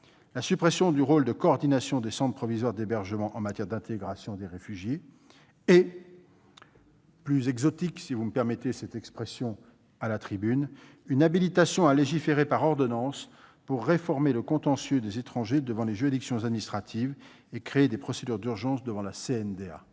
la suppression du rôle de coordination des centres provisoires d'hébergement en matière d'intégration des réfugiés, et une mesure plus « exotique »- si vous me permettez cette expression à la tribune -, l'habilitation à légiférer par ordonnances pour réformer le contentieux des étrangers devant les juridictions administratives et créer des procédures d'urgence devant la CNDA.